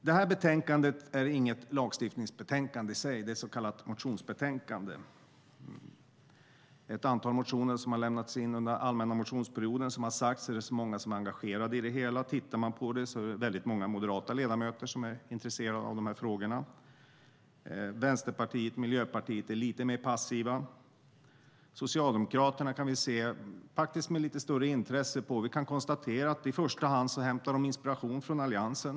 Detta betänkande är inget lagstiftningsbetänkande i sig, utan det är ett så kallat motionsbetänkande. Det är ett antal motioner som har lämnats in under den allmänna motionsperioden. Som har sagts är det många som är engagerade i detta, och tittar man på det ser man att väldigt många moderata ledamöter är intresserade av dessa frågor. Vänsterpartiet och Miljöpartiet är lite mer passiva. Socialdemokraterna kan man se med lite större intresse på. Vi kan konstatera att de i första hand hämtar inspiration från Alliansen.